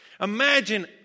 Imagine